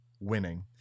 winning